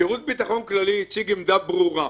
שירות ביטחון כללי הציג עמדה ברורה.